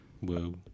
Whoa